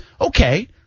Okay